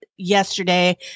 yesterday